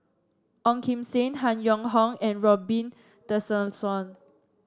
Ong Kim Seng Han Yong Hong and Robin Tessensohn